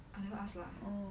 I never ask lah